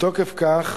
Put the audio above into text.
מתוקף כך,